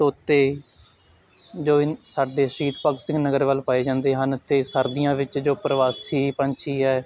ਤੋਤੇ ਜੋ ਸਾਡੇ ਸ਼ਹੀਦ ਭਗਤ ਸਿੰਘ ਨਗਰ ਵੱਲ ਪਾਏ ਜਾਂਦੇ ਹਨ ਅਤੇ ਸਰਦੀਆਂ ਵਿੱਚ ਜੋ ਪ੍ਰਵਾਸੀ ਪੰਛੀ ਹੈ